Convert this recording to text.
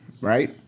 right